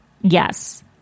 Yes